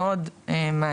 אם יש פה הבדלים בין גברים